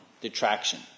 detraction